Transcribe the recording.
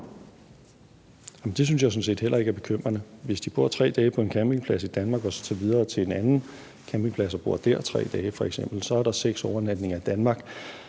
jeg sådan set heller ikke er bekymrende. Hvis de bor 3 dage på en campingplads i Danmark og så tager videre til en anden campingplads og bor der 3 dage f.eks., så er der seks overnatninger i Danmark,